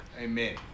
Amen